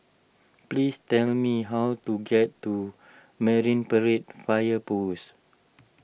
please tell me how to get to Marine Parade Fire Post